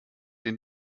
den